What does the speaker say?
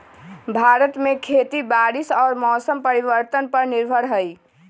भारत में खेती बारिश और मौसम परिवर्तन पर निर्भर हई